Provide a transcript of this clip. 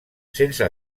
sense